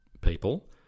people